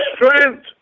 strength